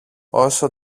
όσο